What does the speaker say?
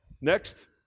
Next